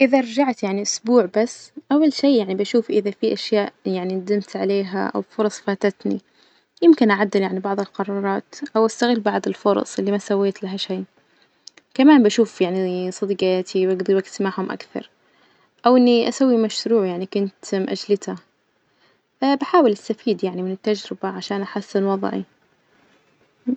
إذا رجعت يعني أسبوع بس أول شي يعني بشوف إذا في أشياء يعني ندمت عليها أو فرص فاتتني، يمكن أعدل يعني بعض القرارات أو أستغل بعض الفرص اللي ما سويت لها شي، كمان بشوف يعني صديجاتي بجضي وجتي معهم أكثر أو إني أسوي مشروع يعني كنت مؤجلته بحاول أستفيد يعني من التجربة عشان أحسن وضعي.